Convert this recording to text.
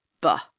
Bah